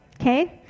Okay